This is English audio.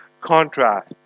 contrast